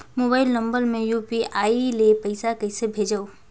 Mobile number मे UPI ले पइसा कइसे भेजवं?